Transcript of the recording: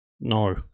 no